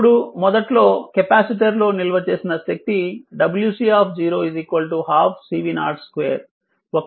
ఇప్పుడు మొదట్లో కెపాసిటర్లో నిల్వ చేసిన శక్తి wc 12 CV0 2